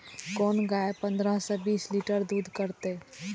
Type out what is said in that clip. कोन गाय पंद्रह से बीस लीटर दूध करते?